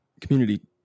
community